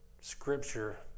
Scripture